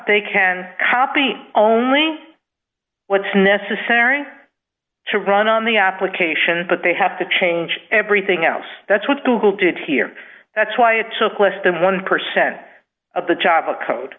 they can copy only what's necessary to run on the application but they have to change everything else that's what google did here that's why it took less than one percent of the java code